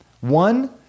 One